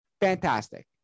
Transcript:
fantastic